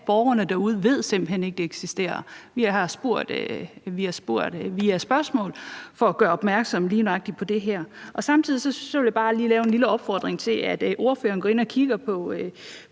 at borgerne derude simpelt hen ikke ved, at det eksisterer. Vi har spurgt via spørgsmål for at gøre opmærksom på lige nøjagtig det her. Samtidig vil jeg bare lige komme med en lille opfordring til, at ordføreren går ind og kigger på